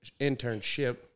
internship